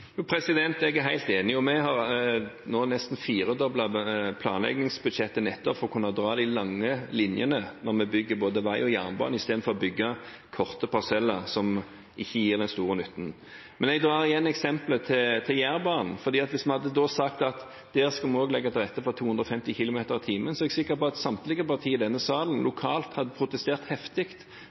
Jeg er helt enig, og vi har nå nesten firedoblet planleggingsbudsjettet nettopp for å kunne trekke de lange linjene når vi bygger både vei og jernbane, istedenfor å bygge korte parseller som ikke gir den store nytten. Men jeg tar igjen eksempelet med Jærbanen. Hvis vi hadde sagt at vi der skulle legge til rette for 250 km/t, er jeg sikker på at samtlige partier i denne salen lokalt hadde protestert heftig